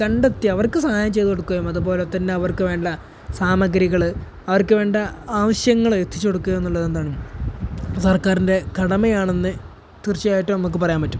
കണ്ടെത്തി അവർക്ക് സഹായം ചെയ്തുകൊടുക്കുകയും അതുപോലെ തന്നെ അവർക്ക് വേണ്ട സാമഗ്രികള് അവർക്ക് വേണ്ട ആവശ്യങ്ങള് എത്തിച്ചുകൊടുക്കുകയെന്നുള്ളത് എന്താണ് സർക്കാരിൻ്റെ കടമയാണെന്ന് തീർച്ചയായിട്ടും നമുക്ക് പറയാൻ പറ്റും